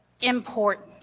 important